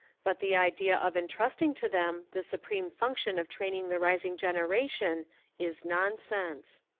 but the idea of entrusting to them the supreme func tion of training the rising generation is non sense.